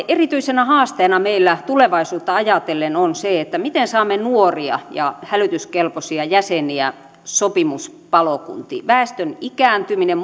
erityisenä haasteena meillä tulevaisuutta ajatellen on se miten saamme nuoria ja hälytyskelpoisia jäseniä sopimuspalokuntiin väestön ikääntyminen